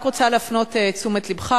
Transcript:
אני רק רוצה להפנות את תשומת לבך,